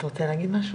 אתם רוצים להגיד משהו